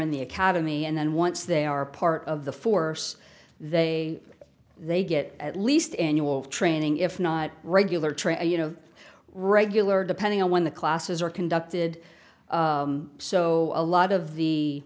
in the academy and once they are part of the force they they get at least annual training if not regular tray you know regular depending on when the classes are conducted so a lot of the